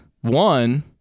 one –